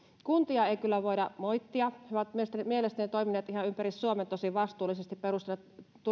kuntia ei kyllä voida moittia ne ovat mielestäni mielestäni toimineet ihan ympäri suomen tosi vastuullisesti perustaneet